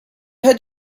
had